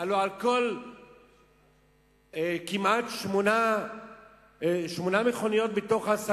הלוא כמעט שמונה מכוניות מתוך כל עשר